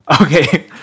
Okay